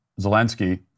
Zelensky